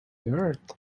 earth